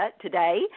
today